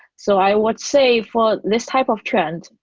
so i would say for this type of trend,